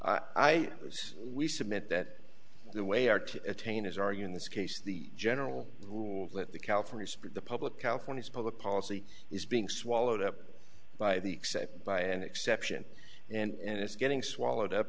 was we submit that the way are to attain as are you in this case the general rule that the california public california's public policy is being swallowed up by the except by an exception and it's getting swallowed up